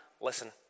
listen